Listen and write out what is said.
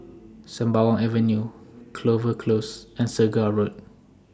Sembawang Avenue Clover Close and Segar Road